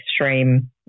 extreme